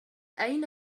أين